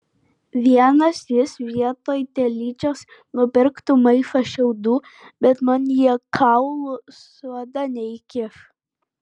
vienas jis vietoj telyčios nupirktų maišą šiaudų bet man jie kaulų su oda neįkiš